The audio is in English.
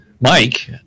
Mike